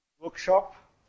workshop